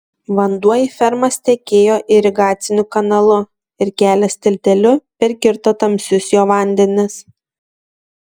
vanduo į fermas tekėjo irigaciniu kanalu ir kelias tilteliu perkirto tamsius jo vandenis